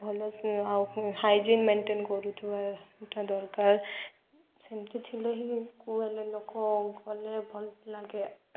ଭଲ ଆଉ hygiene maintain କରୁଥିବାଟା ଦରକାର ସେମିତି ଥିଲେ ହିଁ କୋଉ ହେଲେ ଲୋକ ଗଲେ ଭଲ ଲାଗେ